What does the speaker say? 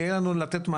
יהיה לנו מענה לתת,